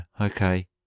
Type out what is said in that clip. okay